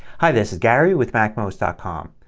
hi, this is gary with macmost ah com.